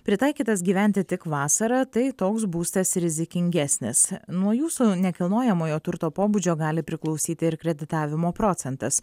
pritaikytas gyventi tik vasarą tai toks būstas rizikingesnis nuo jūsų nekilnojamojo turto pobūdžio gali priklausyti ir kreditavimo procentas